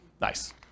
Nice